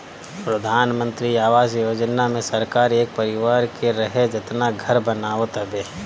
प्रधानमंत्री आवास योजना मे सरकार एक परिवार के रहे जेतना घर बनावत हवे